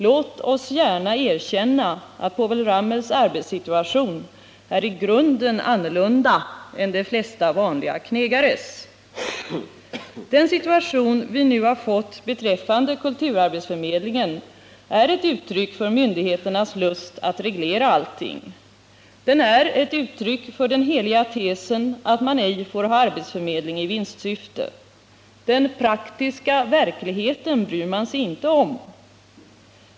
Låt oss gärna erkänna, att Povel Ramels arbetssituation är i grunden annorlunda än de flesta vanliga knegares! Den situation vi nu har fått beträffande kulturarbetsförmedlingen är ett uttryck för myndigheternas lust att reglera allting. Den är ett uttryck för den heliga tesen att man ej får ha arbetsförmedling i vinstsyfte. Den praktiska verkligheten bryr man sig inte om.